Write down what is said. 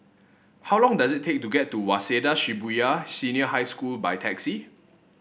how long does it take to get to Waseda Shibuya Senior High School by taxi